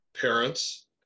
parents